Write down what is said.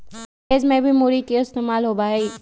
भेज में भी मूरी के इस्तेमाल होबा हई